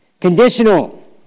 conditional